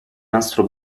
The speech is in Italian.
nastro